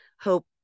hope